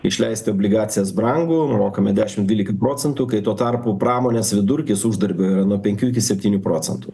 išleisti obligacijas brangu mokame dešimt dvylika procentų kai tuo tarpu pramonės vidurkis uždarbio yra nuo penkių iki septynių procentų